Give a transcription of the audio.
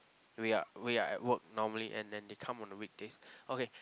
we are we are at work normally and then they come on the weekdays okay